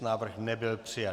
Návrh nebyl přijat.